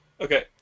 Okay